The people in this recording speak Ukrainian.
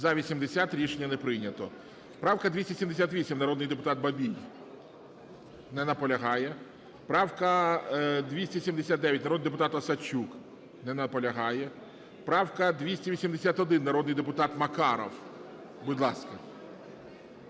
За-80 Рішення не прийнято. Правка 278, народний депутат Бабій. Не наполягає. Правка 279, народний депутат Осадчук. Не наполягає. правка 281, народний депутат Макаров. Будь ласка.